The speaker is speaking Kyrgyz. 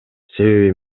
себеби